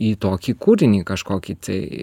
į tokį kūrinį kažkokį tai